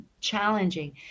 challenging